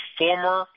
former